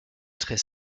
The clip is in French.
très